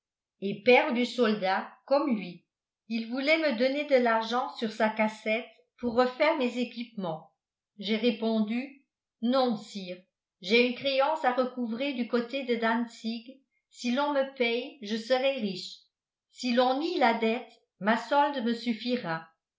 et père du soldat comme lui il voulait me donner de l'argent sur sa cassette pour refaire mes équipements j'ai répondu non sire j'ai une créance à recouvrer du côté de dantzig si l'on me paye je serai riche si l'on nie la dette ma solde me suffira